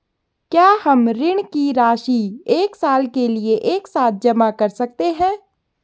क्या हम ऋण की राशि एक साल के लिए एक साथ जमा कर सकते हैं?